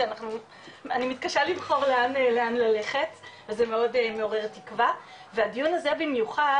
שאני מתקשה לבחור לאן ללכת וזה מאוד מעורר תקווה והדיון הזה במיוחד,